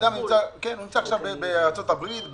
אדם נמצא בארצות הברית,